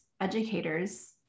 educators